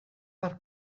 per